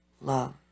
love